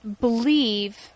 believe